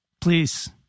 Please